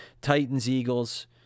Titans-Eagles